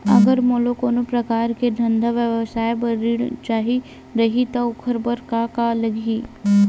अगर मोला कोनो प्रकार के धंधा व्यवसाय पर ऋण चाही रहि त ओखर बर का का लगही?